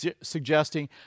suggesting